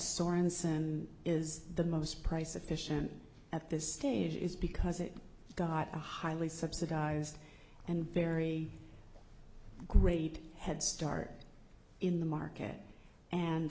sorensen is the most price efficient at this stage is because it got a highly subsidized and very great head start in the market and